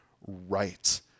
right